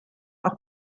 auch